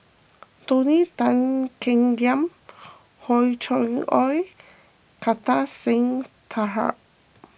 Tony Tan Keng Yam Hor Chim or Kartar Singh Thakral